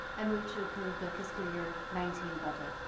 i move to approve the fiscal year nineteen budget.